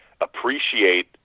appreciate